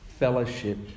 Fellowship